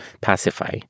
pacify